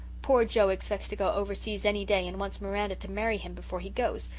poor joe expects to go overseas any day and wants miranda to marry him before he goes,